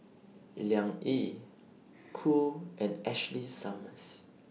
Liang Yi Cool and Ashley Summers